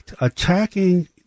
attacking